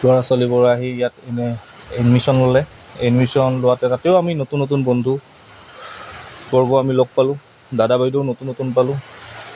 ল'ৰা ছোৱালীবোৰ আহি ইয়াত এনে এডমিশ্যন ল'লে এডমিশ্যন লোৱাতে তাতেও আমি নতুন নতুন বন্ধুবৰ্গ আমি লগ পালোঁ দাদা বাইদেউও নতুন নতুন পালোঁ